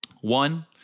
One